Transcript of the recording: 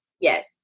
Yes